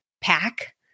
pack